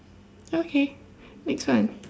okay next one